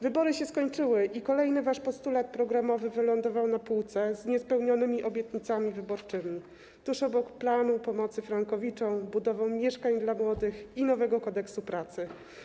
Wybory się skończyły i kolejny wasz postulat programowy wylądował na półce z niespełnionymi obietnicami wyborczymi, tuż obok planu pomocy frankowiczom, budowy mieszkań dla młodych i nowego Kodeksu pracy.